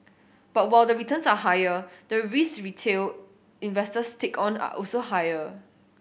but while the returns are higher the risks retail investors take on are also higher